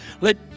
Let